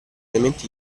elementi